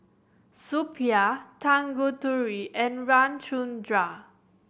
Suppiah Tanguturi and Ramchundra